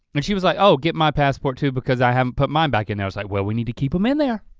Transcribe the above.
and she was like oh, get my passport too because i haven't put mine back in there. i was like well we need to keep em in there.